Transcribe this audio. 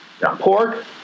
Pork